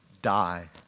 die